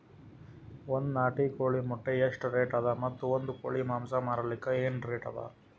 ಒಂದ್ ನಾಟಿ ಕೋಳಿ ಮೊಟ್ಟೆ ಎಷ್ಟ ರೇಟ್ ಅದ ಮತ್ತು ಒಂದ್ ಕೋಳಿ ಮಾಂಸ ಮಾರಲಿಕ ಏನ ರೇಟ್ ಅದ?